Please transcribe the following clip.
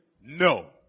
no